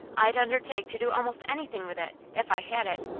i'd undertake to do almost anything with it, if i had it.